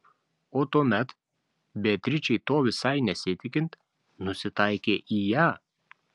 o tuomet beatričei to visai nesitikint nusitaikė į ją